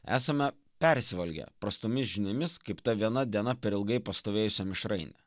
esame persivalgę prastomis žiniomis kaip ta viena diena per ilgai pastovėjusia mišraine